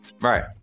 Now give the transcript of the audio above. Right